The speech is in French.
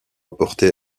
apporté